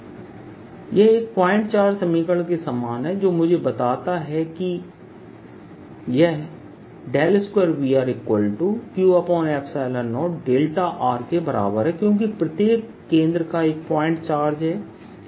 E1KQ4π01r2 DfreerQ δ E0E V DrK0Er K0V D K02VrQδ 2VrQK0δ यह एक point charge समीकरण के समान है जो मुझे बताता है कि यह 2VrQ0δके बराबर है क्योंकि प्रत्येक केंद्र का एक पॉइंट चार्ज है